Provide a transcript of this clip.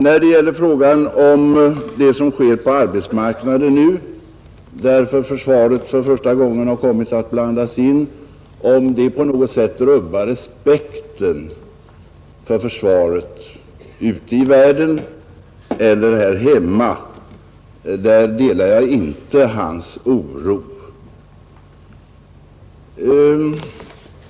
När det gäller frågan huruvida det som nu sker på arbetsmarknaden, där försvaret för första gången kommit att blandas in i en konflikt, på något sätt rubbar respekten för vårt försvar ute i världen eller här hemma, delar jag däremot inte hans oro.